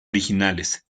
originales